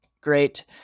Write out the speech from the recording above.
great